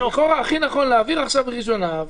הכי נכון להעביר עכשיו בקריאה ראשונה,